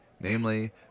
Namely